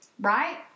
Right